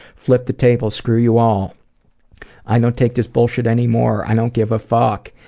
flip the table, screw you all i don't take this bullshit anymore i don't give a fuck.